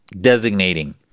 designating